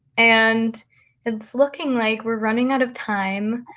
and it's looking like we're running out of time.